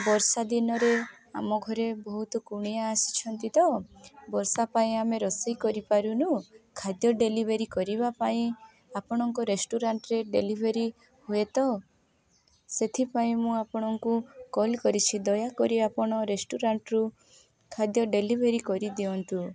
ବର୍ଷା ଦିନରେ ଆମ ଘରେ ବହୁତ କୁଣିଆ ଆସିଛନ୍ତି ତ ବର୍ଷା ପାଇଁ ଆମେ ରୋଷେଇ କରିପାରୁନୁ ଖାଦ୍ୟ ଡେଲିଭରି କରିବା ପାଇଁ ଆପଣଙ୍କ ରେଷ୍ଟୁରାଣ୍ଟ୍ରେ ଡେଲିଭରି ହୁଏ ତ ସେଥିପାଇଁ ମୁଁ ଆପଣଙ୍କୁ କଲ୍ କରିଛି ଦୟାକରି ଆପଣ ରେଷ୍ଟୁରାଣ୍ଟ୍ରୁ ଖାଦ୍ୟ ଡେଲିଭେରି କରିଦିଅନ୍ତୁ